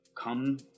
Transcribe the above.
come